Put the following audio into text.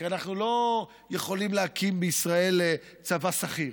כי אנחנו לא יכולים להקים בישראל צבא שכיר.